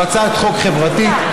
זו הצעת חוק חברתית.